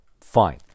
fine